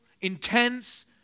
intense